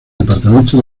departamento